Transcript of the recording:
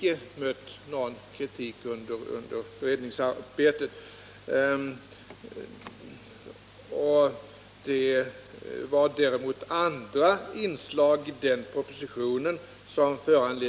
Däremot rådde det delade meningar om andra inslag i propositionen.